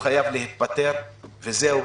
חייב להתפטר, וזהו,